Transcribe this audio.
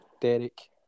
Derek